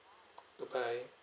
goodbye